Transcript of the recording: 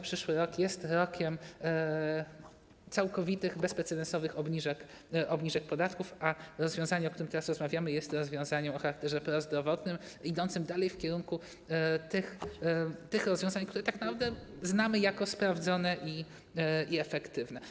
Przyszły rok jest rokiem całkowitych, bezprecedensowych obniżek podatków, a rozwiązanie, o którym teraz rozmawiamy, jest rozwiązaniem o charakterze prozdrowotnym, idącym dalej w kierunku tych rozwiązań, które tak naprawdę znamy jako sprawdzone i efektywne.